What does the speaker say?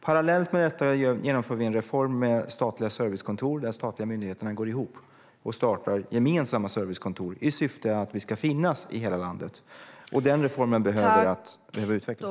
Parallellt med detta genomför vi en reform med statliga servicekontor. De statliga myndigheterna går ihop och startar gemensamma servicekontor i syfte att finnas i hela landet. Den reformen behöver utvecklas.